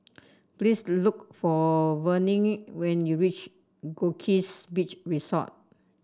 please look for Vernie when you reach Goldkist Beach Resort